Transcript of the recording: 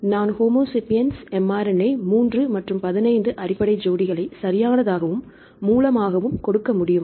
எனவே நான் homo sapiens mRNA மூன்று மற்றும் 15 அடிப்படை ஜோடிகளை சரியானதாகவும் மூலமாகவும் கொடுக்க முடியும்